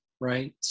right